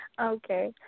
Okay